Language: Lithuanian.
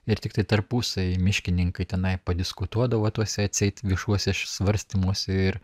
ir tiktai tarpusavyje miškininkai tenai padiskutuodavo tuose atseit viešuose svarstymuose ir